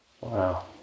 Wow